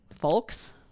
folks